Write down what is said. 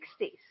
60s